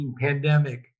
pandemic